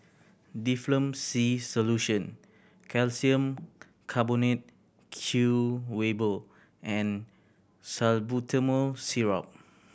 Difflam C Solution Calcium Carbonate Chewable and Salbutamol Syrup